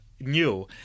new